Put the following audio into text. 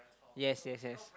yes yes yes